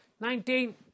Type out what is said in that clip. Nineteen